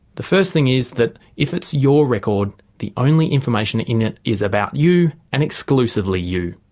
the first thing is that if it's your record the only information in it is about you and exclusively you.